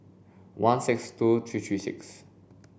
one six two three three six